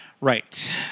Right